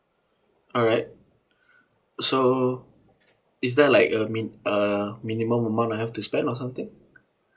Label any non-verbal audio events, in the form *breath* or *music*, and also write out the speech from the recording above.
alright *breath* so is there like a min~ uh minimum amount I have to spend or something